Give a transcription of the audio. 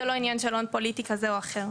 זה לא עניין של הון פוליטי כזה או אחר,